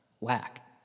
whack